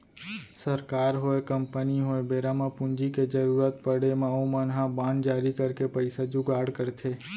सरकार होय, कंपनी होय बेरा म पूंजी के जरुरत पड़े म ओमन ह बांड जारी करके पइसा जुगाड़ करथे